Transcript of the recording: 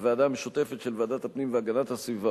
הוועדה המשותפת של ועדת הפנים והגנת הסביבה